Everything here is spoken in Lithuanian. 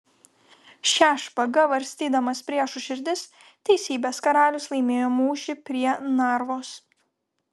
šia špaga varstydamas priešų širdis teisybės karalius laimėjo mūšį prie narvos